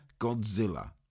Godzilla